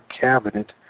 cabinet